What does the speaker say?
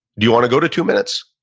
do you want to go to two minutes?